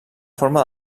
forma